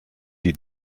die